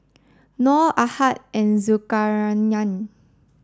nor Ahad and Zulkarnain